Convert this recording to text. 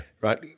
Right